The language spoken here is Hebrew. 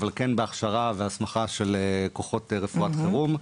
אבל כן בהכשרה והסמכה של כוחות רפואת חירום.